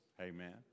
Amen